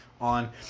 on